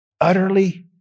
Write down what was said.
Utterly